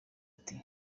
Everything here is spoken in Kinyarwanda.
ati